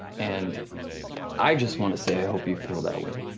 and i just wanna say i hope you feel that way.